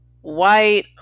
white